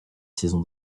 saison